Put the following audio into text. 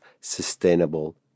sustainable